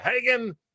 Hagen